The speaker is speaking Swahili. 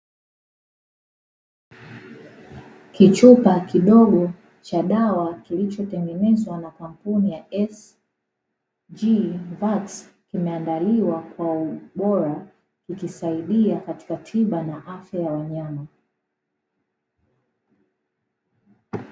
Kichupa kidogo cha dawa kilichotengenezwa na kampuni ya "SG VAX" kimeandaliwa kwa ubora, ikisaidia katika tiba na afya ya wanyama.